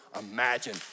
imagine